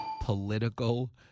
Political